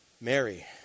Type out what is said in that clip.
Mary